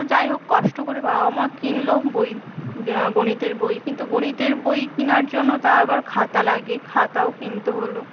তো যাই হোক কষ্ট করে বাবা মা কিনলো বই গণিতের বই কিন্তু গণিতের বই কেনার জন্য তা আবার খাতা লাগে খাতাও কিনতে হল